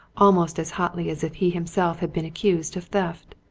almost as hotly as if he himself had been accused of theft.